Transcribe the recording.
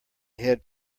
head